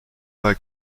pas